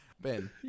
Ben